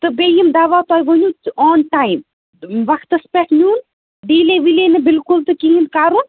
تہٕ بیٚیہِ یِم دواہ تۄہہِ ؤنِو تہٕ آن ٹایِم وقتس پیٚٹھ نیُن ڈِلے وِلے نہٕ بِلکُل تہِ کِہیٖنٛۍ کَرُن